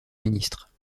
ministre